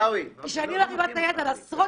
אני בעד שילדיי לעולם לא יהיו כמוני.